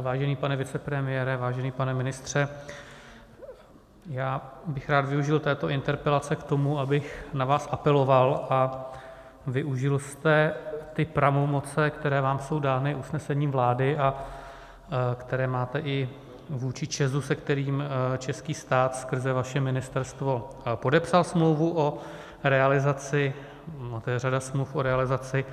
Vážený pane vicepremiére, vážený pane ministře, já bych rád využit této interpelace k tomu, abych na vás apeloval a využil jste ty pravomoce, které vám jsou dány usnesením vlády a které máte i vůči ČEZu, s kterým český stát skrze vaše ministerstvo podepsal smlouvu o realizaci, to je řada smluv o realizaci